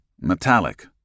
metallic